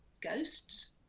ghosts